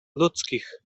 ludzkich